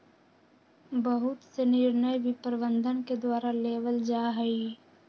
बहुत से निर्णय भी प्रबन्धन के द्वारा लेबल जा हई